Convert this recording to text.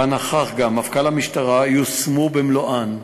בישיבה שבה נכח גם מפכ"ל המשטרה, יושמו במלואן,